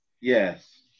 Yes